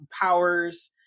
powers